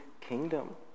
kingdom